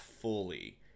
fully